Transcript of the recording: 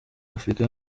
afurika